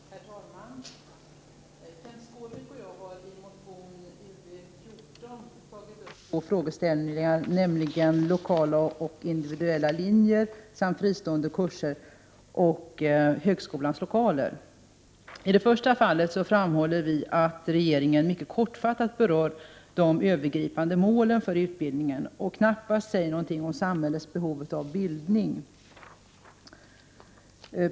Herr talman! Kenth Skårvik och jag har i motion Ubl4 tagit upp två frågeställningar: dels lokala och individuella linjer samt fristående kurser, dels högskolans lokaler. I det första fallet framhåller vi att regeringen mycket kortfattat berör de övergripande målen för utbildningen, och knappast säger något om samhällets behov av bildning.